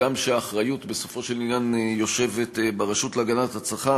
הגם שהאחריות בסופו של עניין נמצאת ברשות להגנת הצרכן,